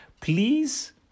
Please